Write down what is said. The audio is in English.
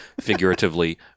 figuratively